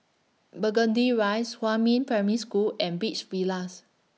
Burgundy Rise Huamin Primary School and Beach Villas